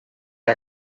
que